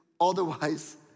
otherwise